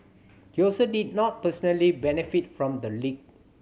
he also did not personally benefit from the leak